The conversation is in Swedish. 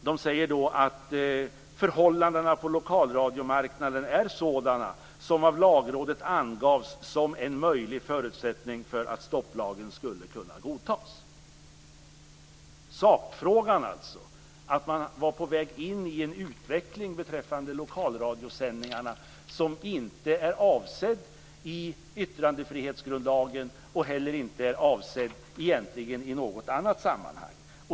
De säger att förhållandena på lokalradiomarknaden är sådana som av Lagrådet angavs som en möjlig förutsättning för att stopplagen skulle kunna godtas. Sakfrågan gäller att man var på väg i en utveckling beträffande lokalradiosändningarna som inte är avsedd i yttrandefrihetsgrundlagen och egentligen heller inte i något annat sammanhang.